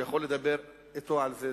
שהוא יכול לדבר אתו על זה,